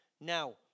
now